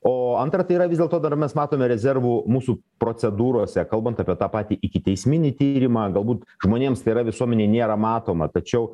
o antra tai yra vis dėlto dar mes matome rezervų mūsų procedūrose kalbant apie tą patį ikiteisminį tyrimą galbūt žmonėms tai yra visuomenei nėra matoma tačiau